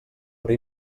però